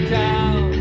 down